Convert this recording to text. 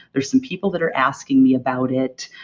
there's some people that are asking me about it,